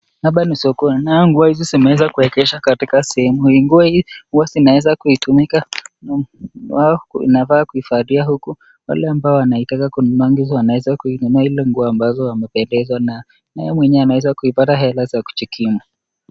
Hapa ni soko, naye hizi nguo zimeweza kuwekesha katika sehemu, hii nguo zinaweza kutumika kuvalia, huku wale ambao wanataka kununua wanaweza kununua, nguo ambazo wamependezwa nayo, nae mtu mwenye anaweza kupata hela ya kujikimu.